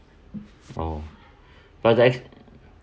oh but that